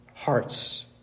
hearts